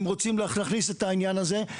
אם רוצים להכניס את העניין הזה,